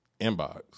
inbox